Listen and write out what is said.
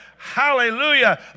Hallelujah